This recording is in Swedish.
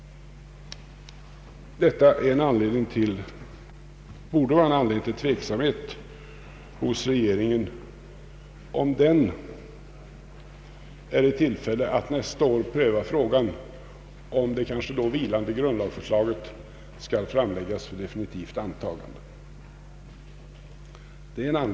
Detta borde vara en anledning till tveksamhet hos regeringen, om den är i tillfälle att nästa år pröva frågan huruvida det kanske då vilande grundlagsförslaget skall framläggas för definitivt antagande.